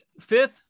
Fifth